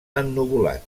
ennuvolat